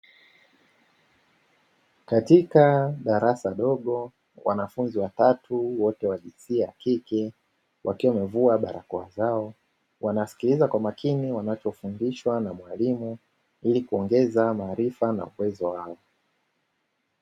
Katika darasa dogo wanafunzi watatu wote wa jinsia ya kike, wakiwa wamevua baraza kwa makini wanavyofundishwa na mwalimu ili kuongeza maarifa na uwezo wao.